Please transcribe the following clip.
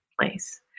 place